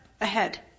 ahead